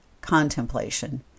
contemplation